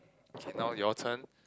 okay now your turn